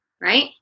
right